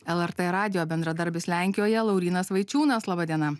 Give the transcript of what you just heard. lrt radijo bendradarbis lenkijoje laurynas vaičiūnas laba diena